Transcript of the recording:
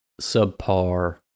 subpar